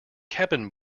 cabin